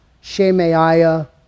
Shemaiah